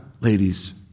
ladies